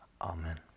Amen